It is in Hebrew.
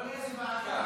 על מה מצביעים?